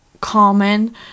common